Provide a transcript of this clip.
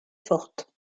forte